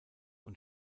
und